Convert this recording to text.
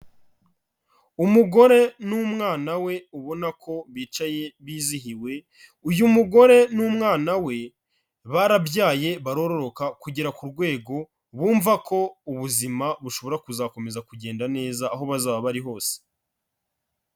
Umugore n'umwana we ubona ko bicaye bizihiwe, uyu mugore n'umwana we barabyaye, baroroka kugera ku rwego bumva ko ubuzima bushobora kuzakomeza kugenda neza aho bazaba bari hose.